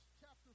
chapter